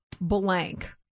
blank